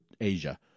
Asia